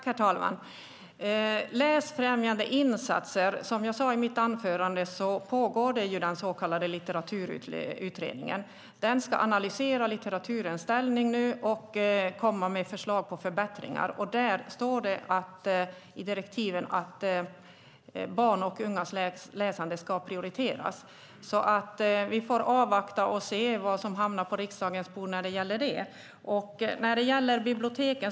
Herr talman! När det gäller läsfrämjande insatser pågår den så kallade Litteraturutredningen, som jag sade i mitt anförande. Den ska nu analysera litteraturens ställning och komma med förslag på förbättringar. I direktiven står att barns och ungas läsande ska prioriteras. Vi får avvakta och se vad som hamnar på riksdagens bord när det gäller detta.